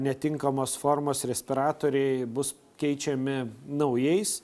netinkamos formos respiratoriai bus keičiami naujais